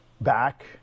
back